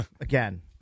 again